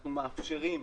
אנחנו מאפשרים,